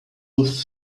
with